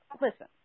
listen